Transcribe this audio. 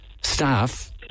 staff